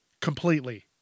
completely